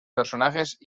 personajes